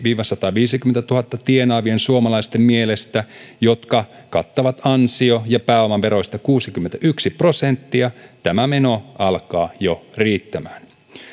viiva sataviisikymmentätuhatta euroa tienaavien suomalaisten mielestä jotka kattavat ansio ja pääomaveroista kuusikymmentäyksi prosenttia tämä meno alkaa jo riittämään